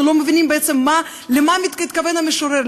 אנחנו לא מבינים בעצם למה התכוון המשורר,